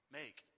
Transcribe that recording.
make